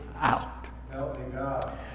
out